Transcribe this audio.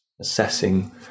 assessing